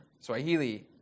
Swahili